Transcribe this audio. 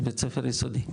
זה בית ספר יסודי.